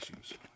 issues